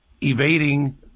evading